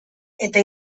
eta